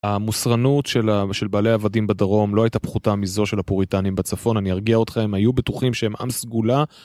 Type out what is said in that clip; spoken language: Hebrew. המוסרנות של בעלי העבדים בדרום לא הייתה פחותה מזו של הפוריטנים בצפון, אני ארגיע אותכם, היו בטוחים שהם עם סגולה.